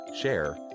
share